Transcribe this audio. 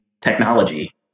technology